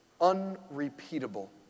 unrepeatable